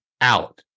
out